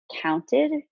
counted